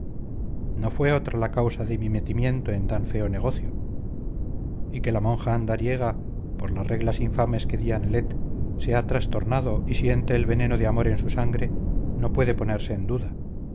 no fue otra la causa de mi metimiento en tan feo negocio y que la monja andariega por las reglas infames que di a nelet se ha trastornado y siente el veneno de amor en su sangre no puede ponerse en duda